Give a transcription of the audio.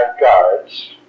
guards